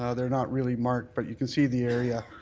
ah they are not really marked but you can see the area